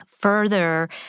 further